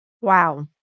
Wow